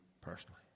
personally